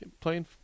playing